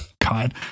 god